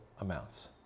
amounts